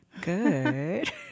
Good